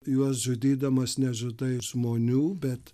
juos žudydamas nežudai žmonių bet